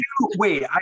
wait